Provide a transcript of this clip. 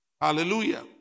Hallelujah